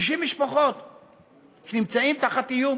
60 משפחות שנמצאות תחת איום